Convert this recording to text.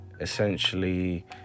Essentially